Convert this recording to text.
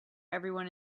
everyone